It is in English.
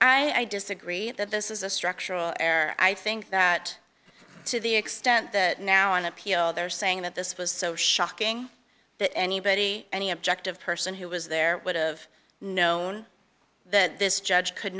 that i disagree that this is a structural err i think that to the extent that now on appeal they're saying that this was so shocking that anybody any objective person who was there would've known that this judge could